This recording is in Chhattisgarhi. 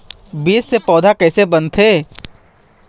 बीज से पौधा कैसे बनथे?